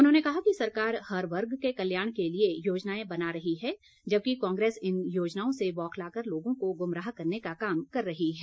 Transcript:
उन्होंने कहा कि सरकार हर वर्ग के कल्याण के लिए योजनाएं बना रही है जबकि कांग्रेस इन योजनाओं से बौखलाकर लोगों को गुमराह करने का काम कर रही है